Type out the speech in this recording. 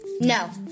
No